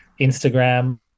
Instagram